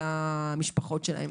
לנפגעים ולמשפחותיהם.